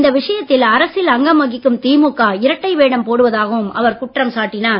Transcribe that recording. இந்த விஷயத்தில் அரசில் அங்கம் வகிக்கும் திமுக இரட்டை வேடம் போடுவதாகவும் அவர் குற்றம் சாட்டினார்